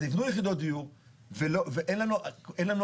אז יבנו יחידות דיור ואין לנו הרשאות